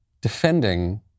defending